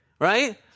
right